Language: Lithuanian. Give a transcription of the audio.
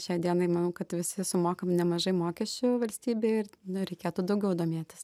šiai dienai manau kad visi sumokam nemažai mokesčių valstybei ir nu ir reikėtų daugiau domėtis